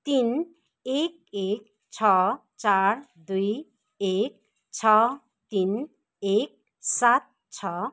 तिन एक एक छ चार दुई एक छ तिन एक सात छ